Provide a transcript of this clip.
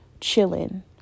chilling